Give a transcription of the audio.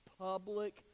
public